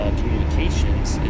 communications